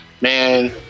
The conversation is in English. Man